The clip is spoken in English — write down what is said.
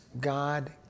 God